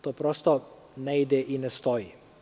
To prosto ne ide i ne stoji.